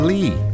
Lee